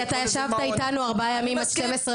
אתה ישבת איתנו ארבעה ימים עד שתים-עשרה